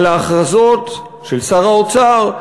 על ההכרזות של שר האוצר,